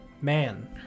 Man